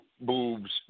boobs